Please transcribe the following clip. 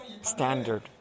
standard